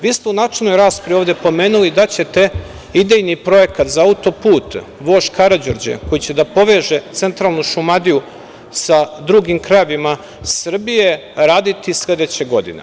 Vi ste u načelnoj raspravi ovde pomenuli da ćete idejni projekat za auto-put "Vožd Karađorđe", koji će da poveže centralnu Šumadiju sa drugim krajevima Srbije, raditi sledeće godine.